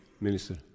minister